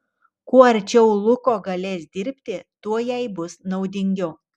kuo arčiau luko galės dirbti tuo jai bus naudingiau